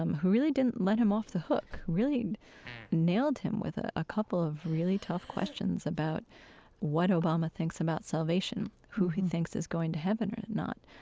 um who really didn't let him off the hook, who really nailed him with a ah couple of really tough questions about what obama thinks about salvation, who who thinks is going to heaven or not.